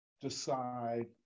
decide